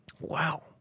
Wow